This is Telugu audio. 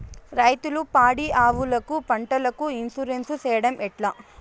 రైతులు పాడి ఆవులకు, పంటలకు, ఇన్సూరెన్సు సేయడం ఎట్లా?